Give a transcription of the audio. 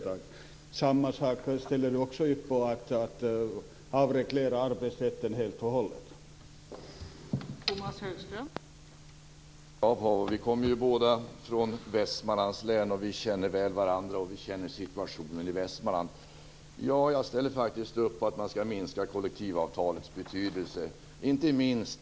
Dessutom undrar jag om Tomas Högström ställer upp på kravet om att arbetsrätten helt och hållet skall avregleras.